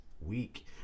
week